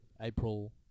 April